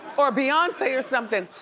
or beyonce or something.